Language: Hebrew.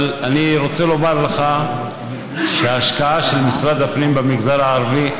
אבל אני רוצה לומר לך שההשקעה של משרד הפנים במגזר הערבי,